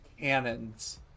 cannons